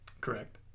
Correct